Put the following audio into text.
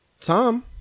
Tom